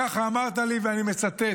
ככה אמרת לי, ואני מצטט: